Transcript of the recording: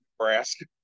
Nebraska